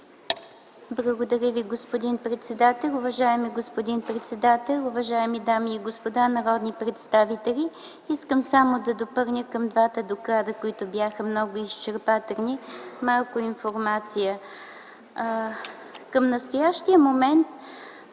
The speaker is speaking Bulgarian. Благодаря Ви, господин председател. Уважаеми господин председател, уважаеми дами и господа народни представители! Искам само да допълня малко информация към двата доклада, които бяха много изчерпателни. Към настоящия момент